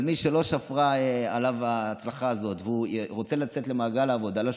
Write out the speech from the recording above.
אבל מי שלא שפרה עליו ההצלחה הזאת והוא רוצה לצאת למעגל העבודה,